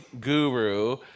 guru